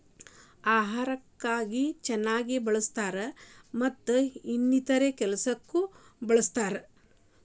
ಅಹಾರಕ್ಕ ಹೆಚ್ಚಾಗಿ ಬಳ್ಸತಾರ ಮತ್ತ ಇನ್ನಿತರೆ ಕೆಲಸಕ್ಕು ಬಳ್ಸತಾರ